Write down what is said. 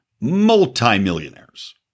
multi-millionaires